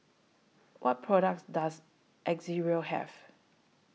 What products Does Ezerra Have